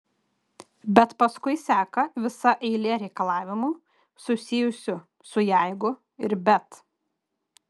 bet paskui seka visa eilė reikalavimų susijusių su jeigu ir bet